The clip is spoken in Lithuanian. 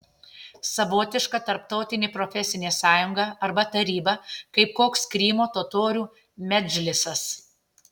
savotiška tarptautinė profesinė sąjunga arba taryba kaip koks krymo totorių medžlisas